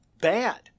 bad